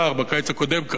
בקיץ הקודם קרה דבר,